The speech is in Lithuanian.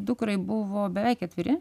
dukrai buvo beveik ketveri